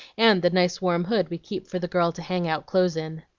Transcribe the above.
and the nice warm hood we keep for the girl to hang out clothes in.